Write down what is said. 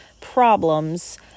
problems